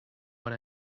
what